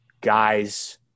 guys